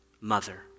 mother